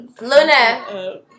Luna